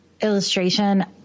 illustration